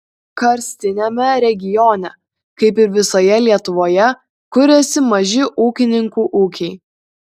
karstiniame regione kaip ir visoje lietuvoje kuriasi maži ūkininkų ūkiai